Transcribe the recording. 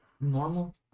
normal